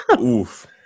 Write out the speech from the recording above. Oof